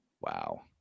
Wow